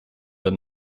than